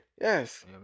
Yes